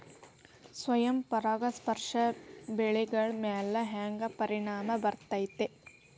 ಸ್ವಯಂ ಪರಾಗಸ್ಪರ್ಶ ಬೆಳೆಗಳ ಮ್ಯಾಲ ಹ್ಯಾಂಗ ಪರಿಣಾಮ ಬಿರ್ತೈತ್ರಿ?